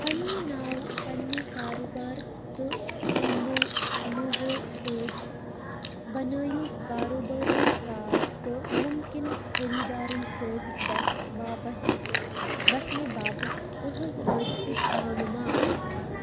پنٛنہِ ناوٕ پنٛنہِ کارُبارٕ تہٕ لوٗ لوٗگو سۭتۍ بنٲیِو کاروبٲری کاڈ تہٕ مُمکِن خٔریٖدارَن سۭتۍ گژِھِ باپَتھ گژھنہٕ باپَتھ تٕہٕنٛز رٲبطٕچ معلوٗمات